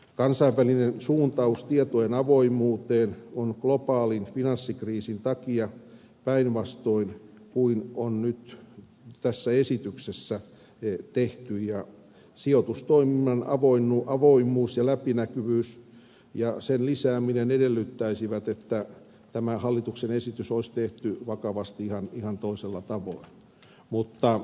kansainvälinen suuntaus tietojen avoimuuteen on globaalin finanssikriisin takia päinvastoin kuin on nyt tässä esityksessä tehty ja sijoitustoiminnan avoimuus ja läpinäkyvyys ja sen lisääminen edellyttäisivät että tämä hallituksen esitys olisi tehty vakavasti ihan toisella tavoin